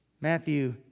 Matthew